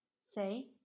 say